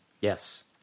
Yes